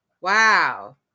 Wow